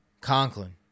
Conklin